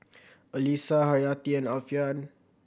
Alyssa Haryati and Alfian